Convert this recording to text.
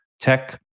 tech